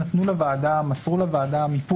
הם נתנו לוועדה מיפוי.